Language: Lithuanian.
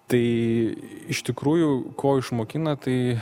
tai iš tikrųjų ko išmokina tai